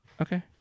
okay